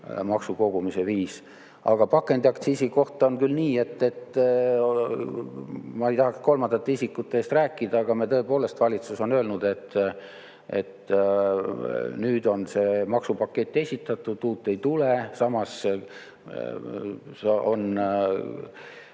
maksukogumise viis. Pakendiaktsiisiga on nii, et ma ei tahaks kolmandate isikute eest rääkida, aga tõepoolest, valitsus on öelnud, et nüüd on see maksupakett esitatud, uut ei tule, samas on